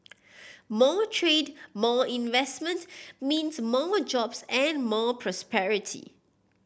more trade more investment means more jobs and more prosperity